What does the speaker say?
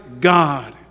God